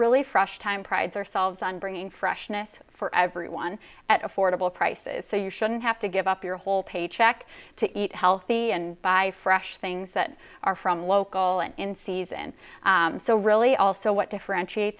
really fresh time pride ourselves on bringing freshness for everyone at affordable prices so you shouldn't have to give up your whole paycheck to eat healthy and buy fresh things that are from local and in season so really also what differentiate